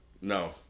No